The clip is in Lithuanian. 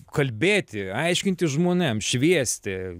kalbėti aiškinti žmonėm šviesti